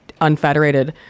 unfederated